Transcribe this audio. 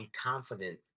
confident